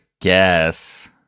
guess